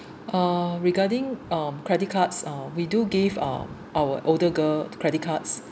uh regarding um credit cards uh we do give uh our older girl credit cards